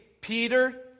Peter